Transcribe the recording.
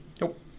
Nope